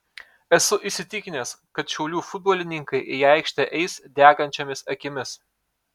esu įsitikinęs kad šiaulių futbolininkai į aikštę eis degančiomis akimis